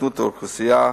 ומהזדקנות האוכלוסייה,